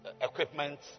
equipment